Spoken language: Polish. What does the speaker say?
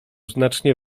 znacznie